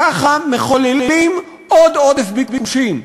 ככה מחוללים עוד עודף ביקושים.